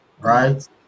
right